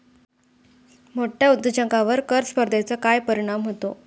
मोठ्या उद्योजकांवर कर स्पर्धेचा काय परिणाम होतो?